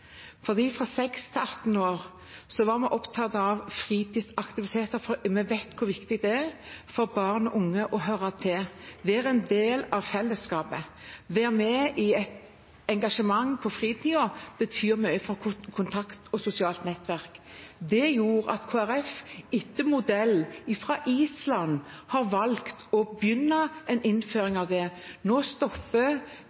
fra 6 til 18 år var vi opptatt av fritidsaktiviteter, for vi vet hvor viktig det er for barn og unge å høre til og være en del av fellesskapet. Å være engasjert på fritiden betyr mye for kontakt og sosialt nettverk. Det gjorde at Kristelig Folkeparti etter modell fra Island har valgt å begynne en innføring